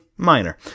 Minor